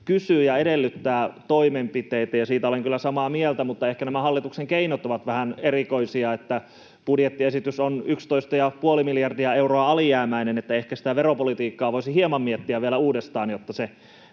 kysyy ja edellyttää toimenpiteitä, ja siitä olen kyllä samaa mieltä. Mutta ehkä nämä hallituksen keinot ovat vähän erikoisia, se, että budjettiesitys on 11,5 miljardia euroa alijäämäinen. Ehkä sitä veropolitiikkaa voisi hieman vielä miettiä uudestaan, jotta se